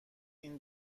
این